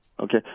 Okay